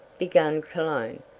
began cologne.